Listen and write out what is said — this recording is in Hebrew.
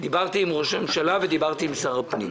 דיברתי עם ראש הממשלה ודיברתי עם שר הפנים.